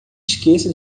esqueça